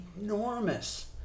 enormous